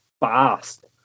fast